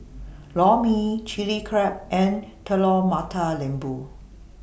Lor Mee Chili Crab and Telur Mata Lembu